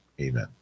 Amen